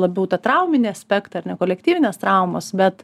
labiau tą trauminį aspektą kolektyvinės traumos bet